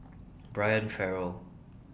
Brian Farrell